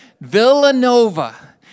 Villanova